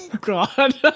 god